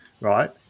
right